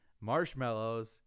marshmallows